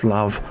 Love